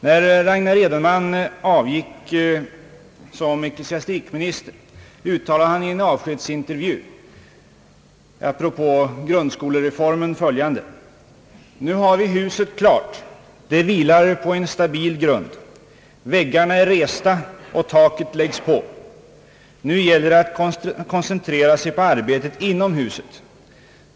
När Ragnar Edenman avgick som ecklesiastikminister uttalade han i en avskedsintervju apropå grundskolereformen följande: »Nu har vi huset klart. Det vilar på en stabil grund. Väggarna är resta och taket läggs på. Nu gäller det att koncentrera sig på arbetet inom huset.